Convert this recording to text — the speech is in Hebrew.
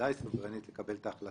והוועדה היא סוברנית לקבל את ההחלטה.